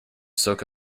soak